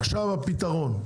עכשיו הפתרון: